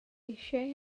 eisiau